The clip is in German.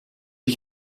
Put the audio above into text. ich